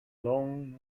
long